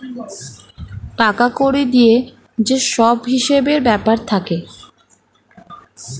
টাকা কড়ি দিয়ে যে সব হিসেবের ব্যাপার থাকে